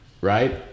right